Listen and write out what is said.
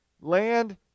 land